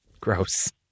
Gross